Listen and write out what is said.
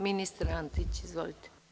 Ministar Antić, izvolite.